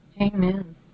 Amen